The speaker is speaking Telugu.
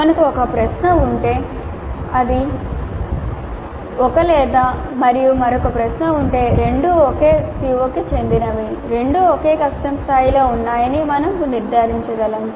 మనకు ఒక ప్రశ్న ఉంటే అది ఒక 'లేదా' మరియు మరొక ప్రశ్న ఉంటే రెండూ ఒకే CO కి చెందినవి రెండూ ఒకే కష్టం స్థాయిలో ఉన్నాయని మేము నిర్ధారించగలము